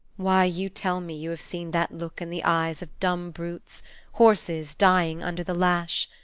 why, you tell me you have seen that look in the eyes of dumb brutes horses dying under the lash.